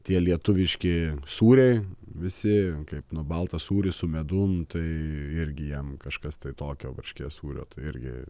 tie lietuviški sūriai visi kaip nu baltas sūris su medum tai irgi jiem kažkas tai tokio varškės sūrio tai irgi